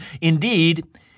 Indeed